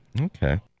Okay